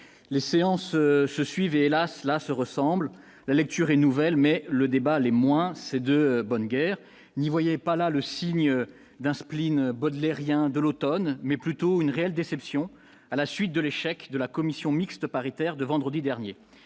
les séances se suivent et, hélas, cela se ressemblent, lecture et nouvelle mais le débat, l'est moins, c'est de bonne guerre, n'y voyez pas là le signe d'un spleen baudelairien de l'Automne, mais plutôt une réelle déception à la suite de l'échec de la commission mixte paritaire de vendredi dernier,